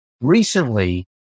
Recently